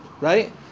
right